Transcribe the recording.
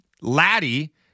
Laddie